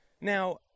Now